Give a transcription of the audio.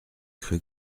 cru